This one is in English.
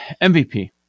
MVP